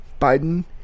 Biden